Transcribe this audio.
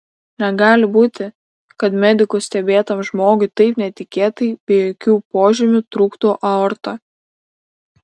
negali būti kad medikų stebėtam žmogui taip netikėtai be jokių požymių trūktų aorta